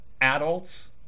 adults